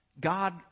God